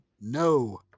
No